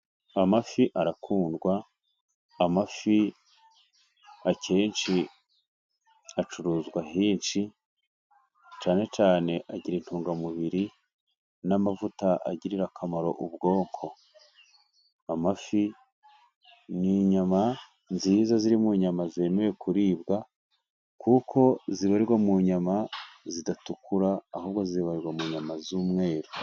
Amafi arakundwa, amafi akenshi acuruzwa henshi, cyane cyane agira intungamubiri n'amavuta agirira akamaro ubwoko. Amafi ni inyama nziza ziri mu nyama zemewe kuribwa, kuko zibarirwa mu nyama zidatukura, ahubwo zibarirwa mu nyama z'umweru.